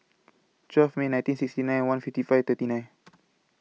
twelve May nineteen sixty nine one fifty five thirty nine